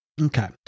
Okay